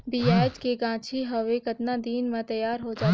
पियाज के गाछी हवे कतना दिन म तैयार हों जा थे?